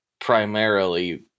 primarily